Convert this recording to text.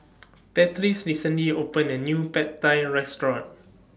Patrice recently opened A New Pad Thai Restaurant